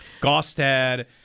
Gostad